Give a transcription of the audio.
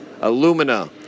alumina